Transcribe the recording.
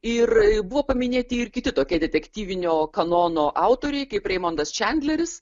ir buvo paminėti ir kiti tokie detektyvinio kanono autoriai kaip reimondas čandleris